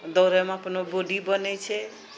दौड़ेमे अपनो बॉडी बनै छै